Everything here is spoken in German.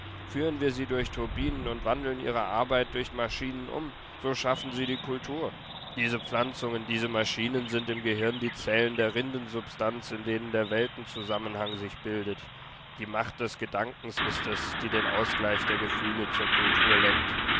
führen wir sie durch turbinen und wandeln ihre arbeit durch maschinen um so schaffen sie die kultur diese pflanzungen diese maschinen sind im gehirn die zellen der rindensubstanz in denen der weltzusammenhang sich bildet die macht des gedankens ist es die den ausgleich der gefühle zur kultur lenkt